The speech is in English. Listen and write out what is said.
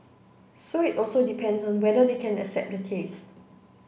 so it also depends on whether they can accept the taste